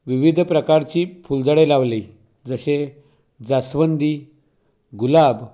विविध प्रकारची फुलझाडे लावली जसे जास्वंदी गुलाब